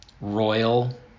royal